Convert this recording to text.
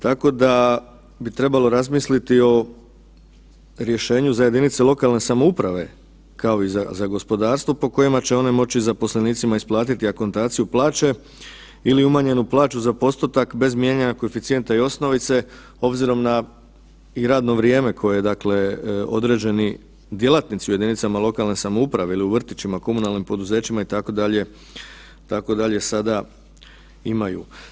Tako da bi trebalo razmisliti o rješenju za jedinice lokalne samouprave kao i za gospodarstvo po kojima će one moći zaposlenicima isplatiti akontaciju plaće ili umanjenu plaću za postotak bez mijenjanja koeficijenta i osnovice obzirom na i radno vrijeme koje dakle određeni djelatnici u jedinicama lokalne samouprave ili u vrtićima, komunalnim poduzećima itd., tako dalje sada imaju.